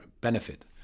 benefit